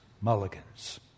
mulligans